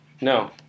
No